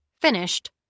Finished